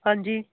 ਹਾਂਜੀ